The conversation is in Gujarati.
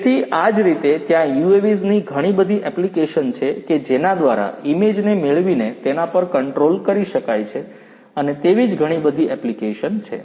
તેથી આ જ રીતે ત્યાં UAVs ની ઘણી બધી એપ્લીકેશન છે કે જેના દ્વારા ઈમેજન મેળવીને તેના પર કંટ્રોલ કરી શકાય છે અને તેવી જ ઘણી બધી એપ્લીકેશન છે